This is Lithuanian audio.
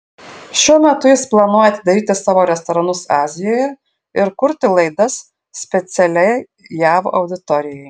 šiuo metu jis planuoja atidaryti savo restoranus azijoje ir kurti laidas specialiai jav auditorijai